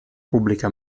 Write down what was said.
pubblica